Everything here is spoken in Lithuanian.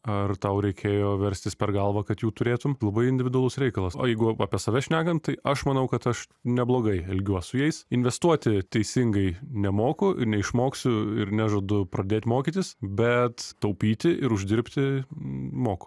ar tau reikėjo verstis per galvą kad jų turėtum labai individualus reikalas o jeigu apie save šnekam tai aš manau kad aš neblogai elgiuosi su jais investuoti teisingai nemoku ir neišmoksiu ir nežadu pradėti mokytis bet taupyti ir uždirbti m moku